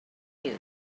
you